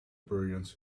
brilliance